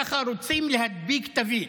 ככה רוצים להדביק תווית.